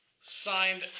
signed